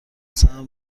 سهم